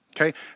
Okay